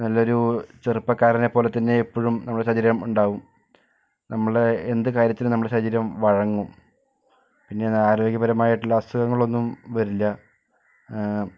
നല്ലൊരു ചെറുപ്പക്കാരനെ പോലെ തന്നെ എപ്പോഴും നമ്മുടെ ശരീരം ഉണ്ടാകും നമ്മളുടെ എന്ത് കാര്യത്തിനും നമ്മുടെ ശരീരം വഴങ്ങും പിന്നെ ആരോഗ്യപരമായിട്ടുള്ള അസുഖങ്ങളൊന്നും വരില്ല